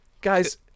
Guys